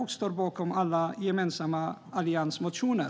Och jag står bakom alla gemensamma alliansmotioner.